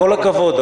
כל הכבוד,